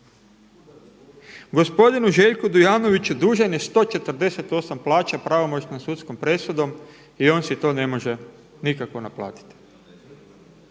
Gospodinu Željku Dujanoviću dužan je 148 plaća, pravomoćnom sudskom presudom i on si to ne može nikako naplatiti.